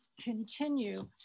continue